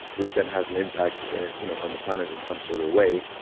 which then has an impact you know on the planet in some sort of way.